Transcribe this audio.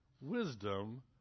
wisdom